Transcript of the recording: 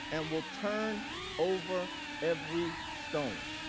and will turn over every stone.